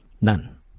None